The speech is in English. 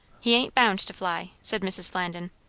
he ain't bound to fly, said mrs. flandin.